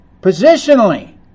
Positionally